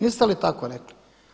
Niste li tako rekli?